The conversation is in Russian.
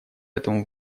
этому